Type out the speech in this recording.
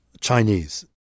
Chinese